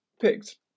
picked